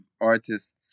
artists